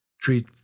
Treat